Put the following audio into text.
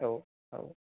औ औ